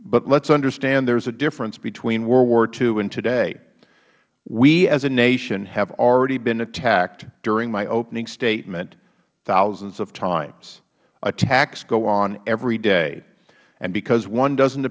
but let us understand there is a difference between world war ii and today we as a nation have already been attacked during my opening statement thousands of times attacks go on every day because one doesn't